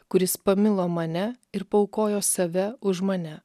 kuris pamilo mane ir paaukojo save už mane